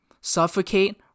suffocate